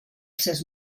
ses